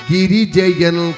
Girijayan